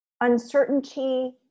Uncertainty